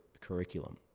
curriculum